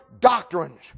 doctrines